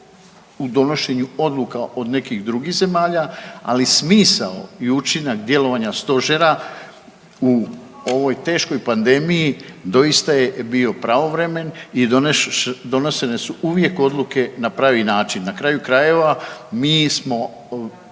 u donošenju odluka od nekih drugih zemalja, ali smisao i učinak djelovanja stožera u ovoj teškoj pandemiji doista je bio pravovremen i donesene su uvijek odluke na pravi način. Na kraju krajeva mi smo